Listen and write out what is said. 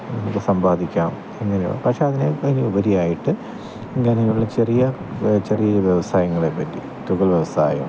നമുക്ക് സമ്പാദിക്കാം എന്നിങ്ങനെ പക്ഷെ അതിനേക്കാൾ ഉപരിയായിട്ട് ഇങ്ങനെയുള്ള ചെറിയ ചെറിയ വ്യവസായങ്ങളെ പറ്റി കുടിൽ വ്യവസായം